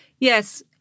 Yes